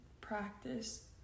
practice